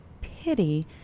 pity